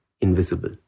invisible